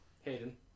Hayden